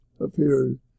appeared